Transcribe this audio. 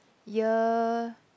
year